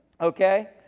Okay